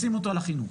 לשים אותו על החינוך.